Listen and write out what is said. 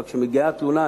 אבל כשמגיעה תלונה,